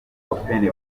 open